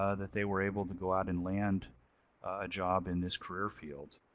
ah that they were able to go out and land a job in this career field.